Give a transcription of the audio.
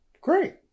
great